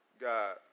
God